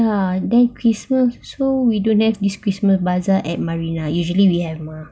ya then christmas also we also don't have this christmas bazaar at marina usually we have mah